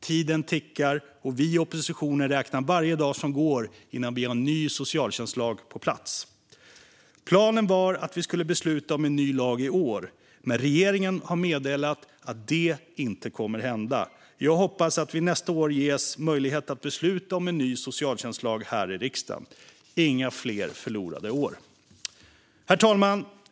Tiden tickar, och vi i oppositionen räknar varje dag som går innan vi har en ny socialtjänstlag på plats. Planen var att vi skulle besluta om en ny lag i år, men regeringen har meddelat att det inte kommer att hända. Jag hoppas att vi nästa år ges möjlighet att besluta om en ny socialtjänstlag här i riksdagen. Inga fler förlorade år! Herr talman!